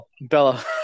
Bella